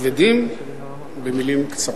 כבדים במלים קצרות.